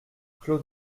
clos